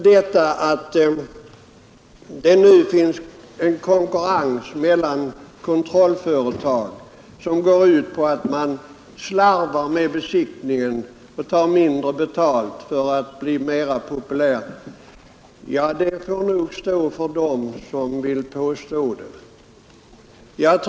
Sedan har det sagts att den konkurrens som råder mellan kontrollföretagen gör att man slarvar med besiktningen och tar mindre betalt för arbetet för att bli mera populär. Det får emellertid stå för deras räkning som påstår det.